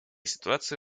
ситуация